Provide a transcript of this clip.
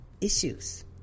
issues